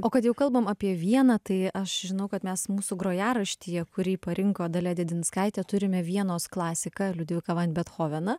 o kad jau kalbam apie vieną tai aš žinau kad mes mūsų grojaraštyje kurį parinko dalia dėdinskaitė turime vienos klasiką liudviką van bethoveną